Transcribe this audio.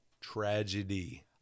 Tragedy